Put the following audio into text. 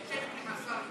ולשבת עם השר,